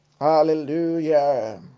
Hallelujah